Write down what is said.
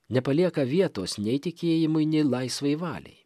nepalieka vietos nei tikėjimui nei laisvai valiai